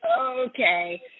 okay